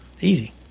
Easy